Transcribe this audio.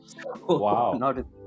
Wow